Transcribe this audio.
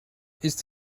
ist